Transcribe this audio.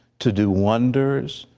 to do wonders,